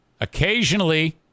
Occasionally